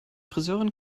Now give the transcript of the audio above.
friseurin